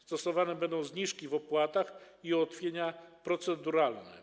Stosowane będą zniżki w opłatach i ułatwienia proceduralne.